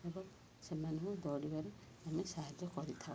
ଏବଂ ସେମାନଙ୍କୁ ଦୌଡ଼ିବାରେ ଆମେ ସାହାଯ୍ୟ କରିଥାଉ